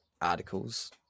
articles